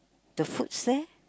the foods there